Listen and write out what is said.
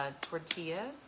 tortillas